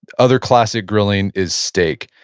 other classic grilling is steak.